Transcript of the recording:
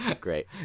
Great